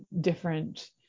different